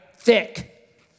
Thick